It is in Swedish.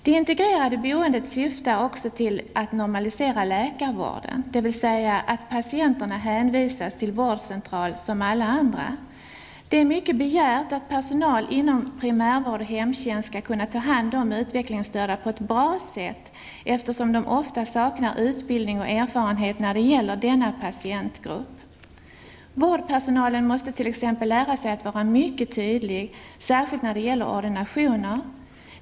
Det integrerade boendet syftar också till att ''normalisera'' läkarvården, dvs. att patienterna hänvisas till vårdcentral som alla andra. Det är mycket begärt att personal inom primärvård och hemtjänst skall kunna ta hand om utvecklingsstörda på ett bra sätt, eftersom de ofta saknar utbildning och erfarenhet när det gäller denna patientgrupp. Vårdpersonalen måste t.ex. lära sig att vara mycket tydlig, särskilt när det gäller ordinationer.